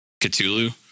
Cthulhu